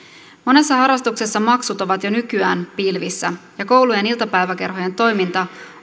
monessa harrastuksessa maksut ovat jo nykyään pilvissä ja koulujen iltapäiväkerhojen toiminta